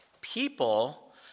people